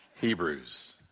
Hebrews